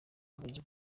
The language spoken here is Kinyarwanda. yavuze